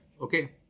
Okay